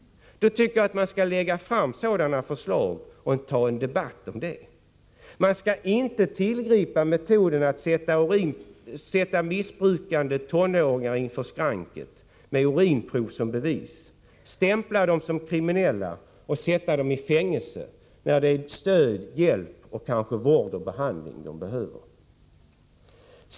Man skall lägga fram sådana förslag och ta en debatt om dem. Man skall inte tillgripa metoden att sätta missbrukande tonåringar inför skranket med urinprov som bevis, stämpla dem som kriminella och sätta dem i fängelse när det är stöd, hjälp och kanske vård och behandling de behöver.